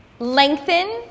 Lengthen